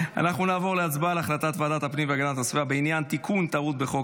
על החלטת ועדת הפנים והגנת הסביבה בעניין תיקון טעות בחוק